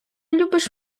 любиш